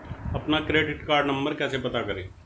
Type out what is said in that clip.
अपना credit card number कैसे पता करें?